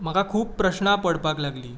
म्हाका खूब प्रश्ना पडपाक लागलीं